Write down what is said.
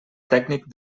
tècnic